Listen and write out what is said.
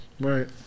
Right